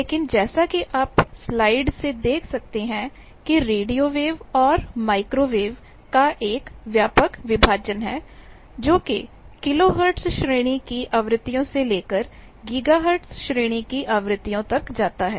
लेकिन जैसा कि आप स्लाइड से देख सकते हैं कि रेडियोवेव और माइक्रोवेव का एक व्यापक विभाजन है जोकि किलोहर्ट्ज़ श्रेणी की आवृत्तियों से लेकर गीगाहर्ट्ज़ श्रेणी की आवृत्तियों तक जाता हैं